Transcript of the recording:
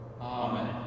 Amen